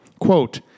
Quote